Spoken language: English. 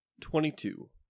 Twenty-two